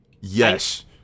Yes